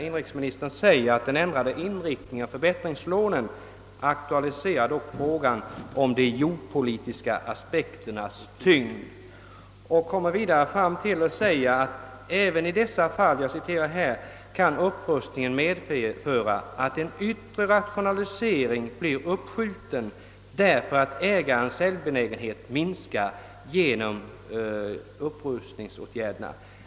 Inrikesministern säger där: »Den ändrade inriktningen av förbätt ringslångivningen aktualiserar dock frågan om de jordbrukspolitiska aspekternas tyngd...» Vidare säger han: »Även i dessa fall kan upprustningen medföra, att en yttre rationalisering blir uppskjuten därför att ägarens säljbenägenhet minskar genom upprustningsåtgärderna.